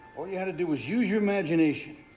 all you had to do was use your imagination.